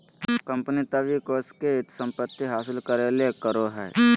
company तब इ कोष के संपत्ति हासिल करे ले करो हइ